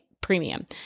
premium